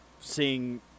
seeing